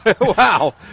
wow